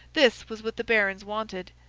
this was what the barons wanted.